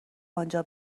آنجا